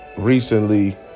Recently